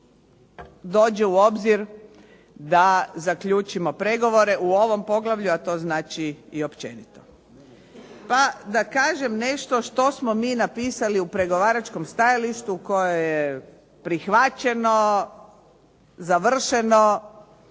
dođe u obzir da zaključimo pregovore u ovom poglavlju, a to znači i općenito. Pa da kažem nešto što smo mi napisali u pregovaračkom stajalištu koje je prihvaćeno, završeno